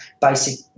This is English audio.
basic